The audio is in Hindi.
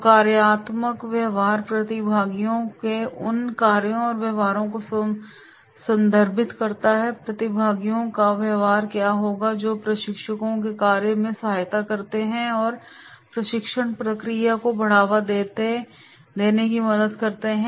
तो कार्यात्मक व्यवहार प्रतिभागियों के उन कार्यों और व्यवहार को संदर्भित करता है प्रतिभागियों का व्यवहार क्या होगा जो प्रशिक्षकों के कार्य में सहायता करते हैं और प्रशिक्षण प्रक्रिया को बढ़ावा देने में मदद करते हैं